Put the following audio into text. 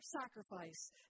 sacrifice